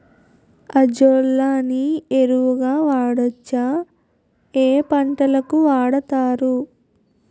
Azolla ని ఎరువు గా వాడొచ్చా? ఏ పంటలకు వాడతారు?